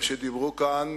שדיברו כאן,